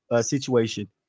situation